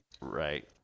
right